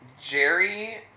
Jerry